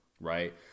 right